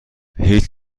هیچ